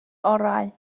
orau